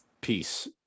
Peace